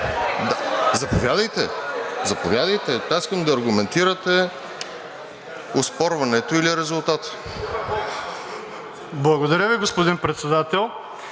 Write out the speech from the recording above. Заповядайте. Заповядайте, аз искам да аргументирате оспорването или резултата. МИЛЕН МАТЕЕВ: Благодаря Ви, господин Председател.